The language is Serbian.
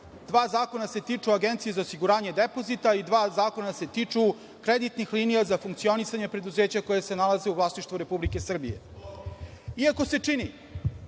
Dva zakona se tiču Agencije za osiguranje depozita i dva zakona se tiču kreditnih linija za funkcionisanje preduzeća koja se nalaze u vlasništvu Republike Srbije. Iako se čini